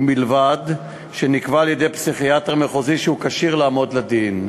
ובלבד שנקבע על-ידי פסיכיאטר מחוזי שהוא כשיר לעמוד לדין.